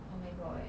oh my god